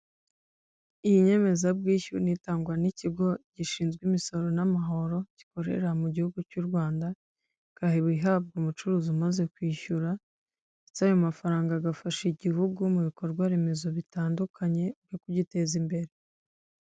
Iyi nyemezabyishyu ni itangwa n'ikigo gishinzwe imisoro n'amahoro gikorera mu gihugu cy'u Rwanda, ikaba ihabwa umucuruzi umaze kwishyura ndetse ayo mafaranga agafasha igihugu mu bikorwa remezo bitandukanye no kugiteza imbere.